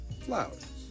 flowers